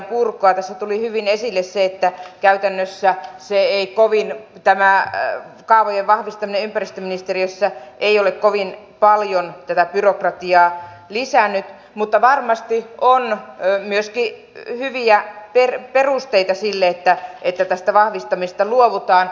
tässä tuli hyvin esille se että käytännössä tämä kaavojen vahvistaminen ympäristöministeriössä ei ole kovin paljon tätä byrokratiaa lisännyt mutta varmasti on myöskin hyviä perusteita sille että tästä vahvistamisesta luovutaan